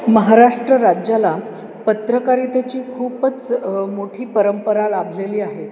महाराष्ट्र राज्याला पत्रकारितेची खूपच मोठी परंपरा लाभलेली आहे